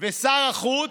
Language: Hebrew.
ושר החוץ,